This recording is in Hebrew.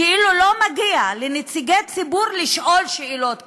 כאילו לא מגיע לנציגי ציבור לשאול שאלות כאלה.